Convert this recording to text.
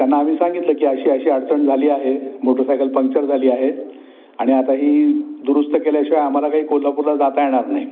त्यांना आम्ही सांगितलं की अशी अशी अडचण झाली आहे मोटरसायकल पंक्चर झाली आहे आणि आता ही दुरुस्त केल्याशिवाय आम्हाला काही कोल्हापूरला जाता येणार नाही